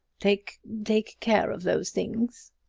take take care of those things.